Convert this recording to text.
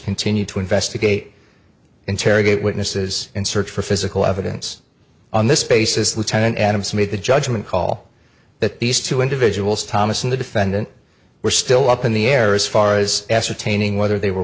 continue to investigate interrogate witnesses and search for physical evidence on this basis lieutenant adams made the judgment call that these two individuals thomas and the defendant were still up in the air as far as ascertaining whether they were